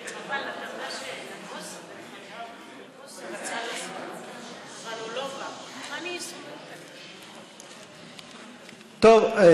טוב,